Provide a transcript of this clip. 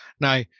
Now